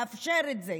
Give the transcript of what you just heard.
לאפשר את זה.